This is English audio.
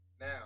Now